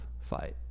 fight